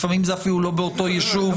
לפעמים זה אפילו לא באותו ישוב.